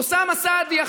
אוסאמה סעדי,